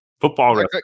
Football